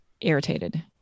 irritated